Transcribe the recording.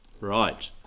right